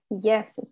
Yes